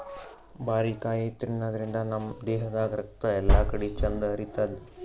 ಬಾರಿಕಾಯಿ ತಿನಾದ್ರಿನ್ದ ನಮ್ ದೇಹದಾಗ್ ರಕ್ತ ಎಲ್ಲಾಕಡಿ ಚಂದ್ ಹರಿತದ್